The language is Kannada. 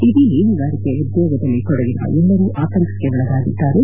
ಇಡೀ ಮೀನುಗಾರಿಕೆ ಉದ್ಯೋಗದಲ್ಲಿ ತೊಡಗಿರುವ ಎಲ್ಲರೂ ಆತಂಕಕ್ಕೆ ಒಳಗಾಗಿದ್ದಾರೆ